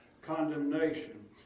condemnation